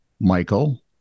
michael